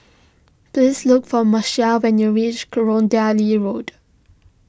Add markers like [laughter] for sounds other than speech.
please look for Moesha when you reach [unintelligible] Road